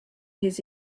his